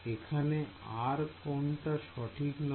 এইখানে আর কোনটা সঠিক নয়